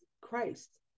christ